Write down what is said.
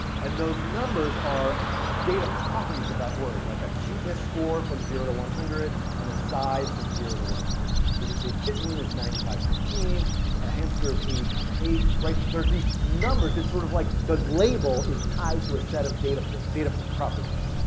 and those numbers are data properties of that word. like a cuteness score from zero to one hundred, and a size from zero to one hundred. so you could say kitten is ninety five, fifteen. a hamster is eighty comma eight, right? there are these numbers that sort of like, the label is tied to a set of data properties.